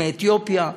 מאתיופיה,